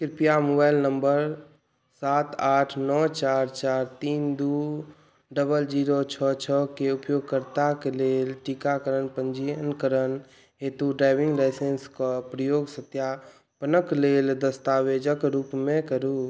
कृपया mobile number सात आठ नओ चारि चारि तीन दुइ डबल जीरो छओ छओके उपयोगकर्ताके लेल टीकाकरण पञ्जीकरण हेतु ड्राइविङ्ग लाइसेन्सके प्रयोग सत्यापनके लेल दस्तावेजके रूपमे करू